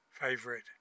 Favorite